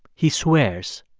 he swears.